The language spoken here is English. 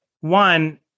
One